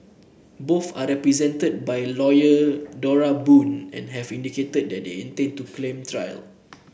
both are represented by lawyer Dora Boon and have indicated that they intend to claim trial